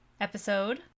episode